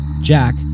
Jack